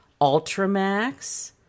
Ultramax